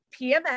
PMS